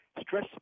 stress